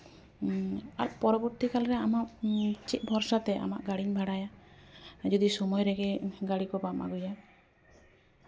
ᱟᱨ ᱯᱚᱨᱚᱵᱚᱨᱛᱤ ᱠᱟᱞᱨᱮ ᱟᱢᱟᱜ ᱪᱮᱫ ᱵᱷᱚᱨᱥᱟ ᱛᱮ ᱟᱢᱟᱜ ᱜᱟᱹᱰᱤᱧ ᱵᱷᱟᱲᱟᱭᱟ ᱡᱩᱫᱤ ᱥᱚᱢᱚᱭ ᱨᱮᱜᱮ ᱜᱟᱹᱰᱤ ᱠᱚ ᱵᱟᱢ ᱟᱜᱩᱭᱟ